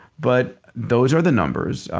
but those are the numbers.